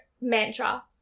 mantra